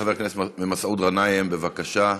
חבר הכנסת מסעוד גנאים, בבקשה.